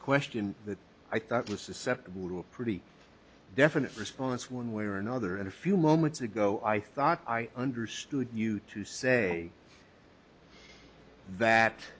question that i thought was the set of who a pretty definite response one way or another and a few moments ago i thought i understood you to say that